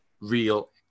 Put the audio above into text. real